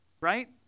Right